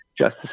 Justice